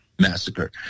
massacre